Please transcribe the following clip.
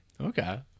okay